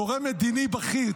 גורם מדיני בכיר.